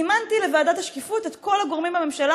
זימנתי לוועדת השקיפות את כל הגורמים בממשלה